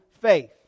faith